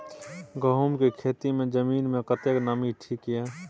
गहूम के खेती मे जमीन मे कतेक नमी ठीक ये?